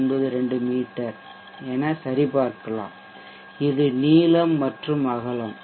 992 மீ சரிபார்க்கலாம் இது நீளம் மற்றும் அகலம்